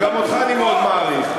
וגם אותך אני מאוד מעריך.